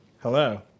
Hello